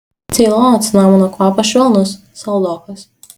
ceilono cinamono kvapas švelnus saldokas